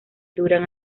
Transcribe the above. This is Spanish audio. duran